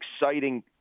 exciting